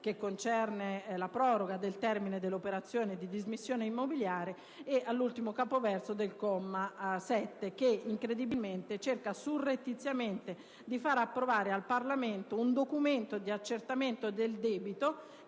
che concerne la proroga del termine dell'operazione di dismissione immobiliare, e all'ultimo capoverso del comma stesso, che incredibilmente cerca surrettiziamente di far approvare al Parlamento un documento di accertamento del debito